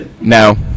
no